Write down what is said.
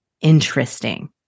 interesting